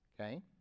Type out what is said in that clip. Okay